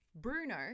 Bruno